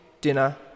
dinner